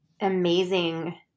amazing